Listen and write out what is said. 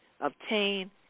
obtain